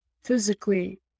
physically